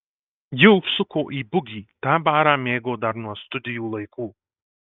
ji užsuko į bugį tą barą mėgo dar nuo studijų laikų